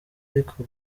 ariko